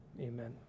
Amen